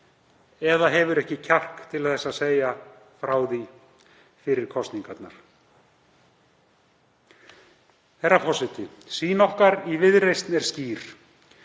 eða hefur ekki kjark til að segja frá því fyrir kosningarnar. Herra forseti. Sýn okkar í Viðreisn er skýr.